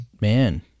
Man